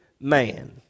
man